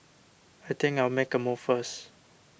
I think I'll make a move first